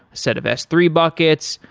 set of s three buckets,